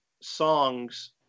songs